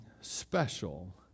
special